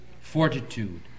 fortitude